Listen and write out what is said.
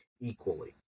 equally